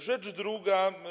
Rzecz druga.